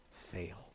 fail